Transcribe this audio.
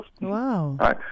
Wow